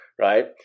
right